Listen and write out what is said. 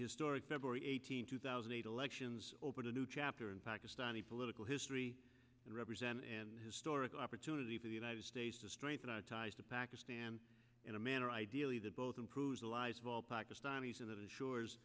historic february eighteenth two thousand and eight elections over the new here in pakistani political history and represent and historical opportunity for the united states to strengthen our ties to pakistan in a manner ideally that both improves the lives of all pakistanis